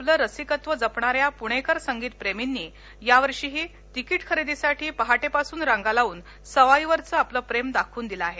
आपलं रसिकत्व जपणाऱ्या पुणेकर संगीत प्रेमींनी यावर्षीही तिकीट खरेदी साठी पहाटेपासून रांगा लावून सवाई वरच आपलं प्रेम दाखवून दिल आहे